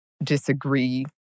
disagree